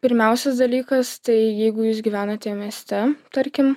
pirmiausias dalykas tai jeigu jūs gyvenate mieste tarkim